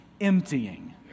emptying